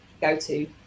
go-to